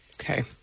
Okay